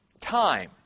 time